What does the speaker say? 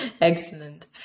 Excellent